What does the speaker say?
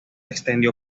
extendió